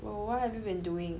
oh what have you been doing